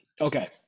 Okay